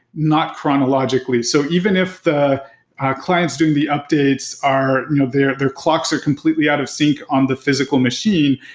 not chronologically. so even if the clients doing the updates are you know their their clocks are completely out of sync on the physical machine.